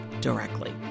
directly